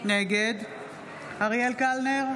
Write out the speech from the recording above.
נגד אריאל קלנר,